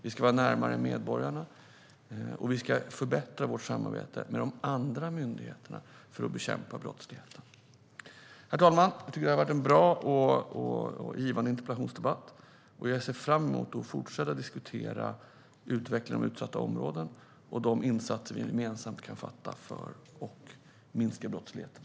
Vi ska vara närmare medborgarna, och vi ska förbättra vårt samarbete med de andra myndigheterna för att bekämpa brottsligheten. Herr talman! Jag tycker att det har varit en bra och givande interpellationsdebatt, och jag ser fram emot att fortsätta diskutera utvecklingen i de utsatta områdena och de insatser vi gemensamt kan göra för att minska brottsligheten.